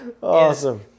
Awesome